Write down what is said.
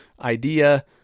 idea